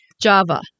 Java